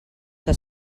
que